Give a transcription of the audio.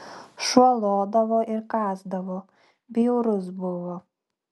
šuo lodavo ir kąsdavo bjaurus buvo